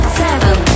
seven